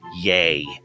Yay